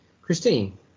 Christine